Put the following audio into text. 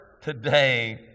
today